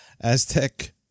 Aztec